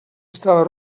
estava